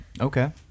Okay